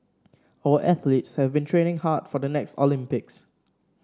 our athletes have been training hard for the next Olympics